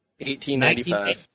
1895